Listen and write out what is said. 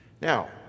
Now